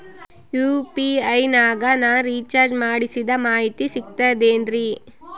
UPI ನಾಗ ನಾ recharge ಮಾಡಿಸಿದ ಮಾಹಿತಿ ಸಿಕ್ತದೆ ಏನ್ರಿ?